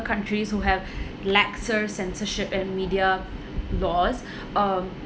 countries who have laxer censorship and media laws um